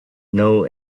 know